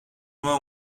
vingt